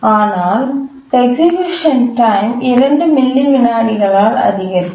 ஆனால் execution time 2 milli விநாடிகளால் அதிகரிக்கும்